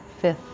Fifth